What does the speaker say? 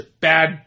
bad